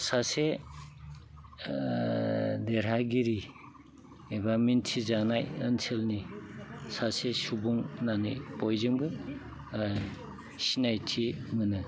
सासे देरहागिरि एबा मिन्थिजानाय ओनसोलनि सासे सुबुं होननानै बयजोंबो सिनायथि मोनो